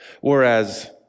Whereas